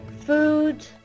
food